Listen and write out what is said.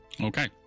Okay